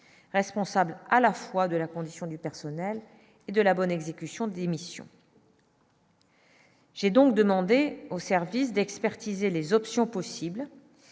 responsable à la fois de la condition du personnel et de la bonne exécution des missions. J'ai donc demandé au service d'expertiser les options possibles